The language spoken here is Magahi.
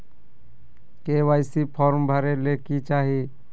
के.वाई.सी फॉर्म भरे ले कि चाही?